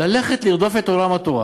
ללכת לרדוף את עולם התורה